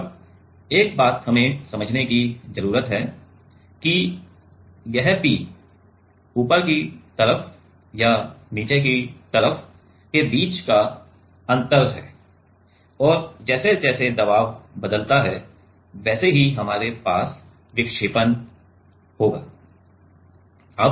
अब एक बात हमें समझने की जरूरत है कि यह P ऊपर की तरफ और नीचे की तरफ के बीच का अंतर है और जैसे जैसे दबाव बदलता है वैसे ही हमारे पास विक्षेपण होगा